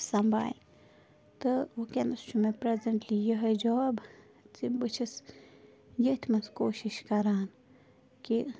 سنٛبالہِ تہٕ وٕکٮ۪نس چھُ مےٚ پرٛٮ۪زٮ۪نٛٹلی یِہوٚے جاب زِ بہٕ چھَس ییٚتھۍ منٛز کوٗشِش کَران کہِ